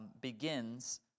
begins